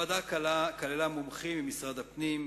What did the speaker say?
בוועדה השתתפו מומחים ממשרד הפנים,